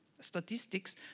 statistics